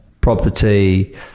property